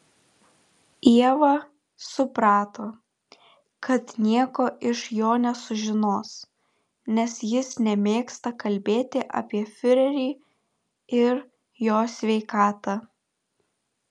ieva suprato kad nieko iš jo nesužinos nes jis nemėgsta kalbėti apie fiurerį ir jo sveikatą